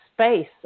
space